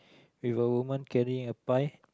with a woman carrying a pie